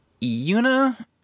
yuna